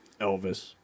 Elvis